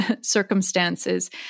circumstances